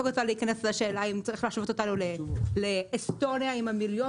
אני לא רוצה להיכנס לשאלה האם צריך להשוות אותנו לאסטוניה עם מיליון